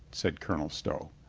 said colonel stow.